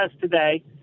today